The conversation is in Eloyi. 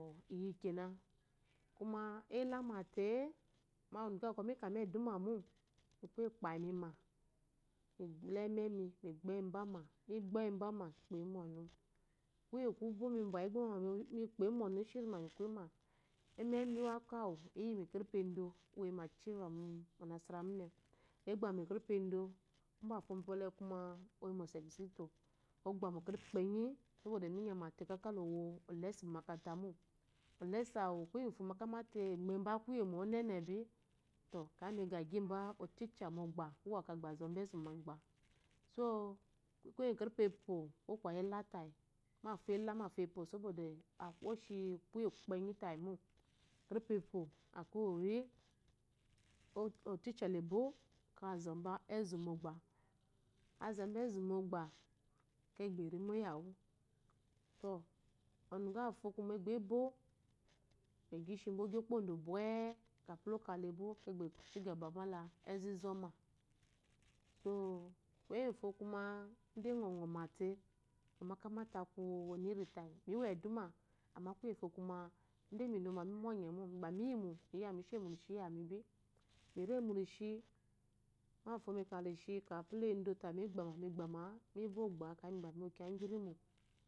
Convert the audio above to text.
Inyi kéna gba eyi ilamate gba aku ɔnu ubɔkɔ mika mba edumomo mi ku ekpayi mima la iyi enemi migbɔ yimbama migbɔyimma migboyi mɔnu ishirima mikiyima umemiuwakɔ eyimo mu éker`pi endo mu ashirá mu unasárá múne mba fo mbaɔle oyi mosetikizitó oyimo mu ékérepi ukpenyi mominyámáte lowo ɔlesi mo olesi awu miate ibge nba kuyemo kuwo ngu obo nene de migiyimba otishá mogba ak`yi azomba ezu mogbá kyamate kuye ngwu ekerpi epio tayi ko ela tayi mbafo ela mbafo epo oshi kuye kukpenyi tayimo ékerepi epo otisha omalé azhomba ezu mogba ambwa izxuma akeyi akuluzɛ wu ɔnu agbai` ebó ɔgi ŋshimbo okpondo bwe oyimo mondo akeyi elombo mizoma kuwo kwɔngo gba ŋɔmate ŋɔma kyanate aku kiya ingifo tayi miwo eduna amá kuye ngwufo kuma gba minomá mimɔnye no gba mi nye yimo mi remurishi ktani bi kyámáte mu ekerepi endo migbamá iyami akeyi miwo kiya ngirimo